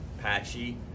Patchy